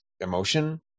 emotion